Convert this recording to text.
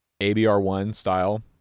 ABR1-style